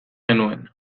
genuen